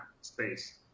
space